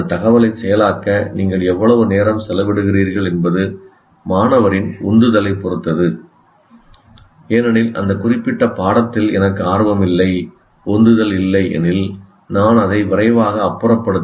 அந்த தகவலை செயலாக்க நீங்கள் எவ்வளவு நேரம் செலவிடுகிறீர்கள் என்பது மாணவரின் உந்துதலைப் பொறுத்தது ஏனெனில் அந்த குறிப்பிட்ட பாடத்தில் எனக்கு ஆர்வம் இல்லை உந்துதல் இல்லை எனில் நான் அதை விரைவாக அப்புறப்படுத்த